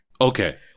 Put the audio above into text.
Okay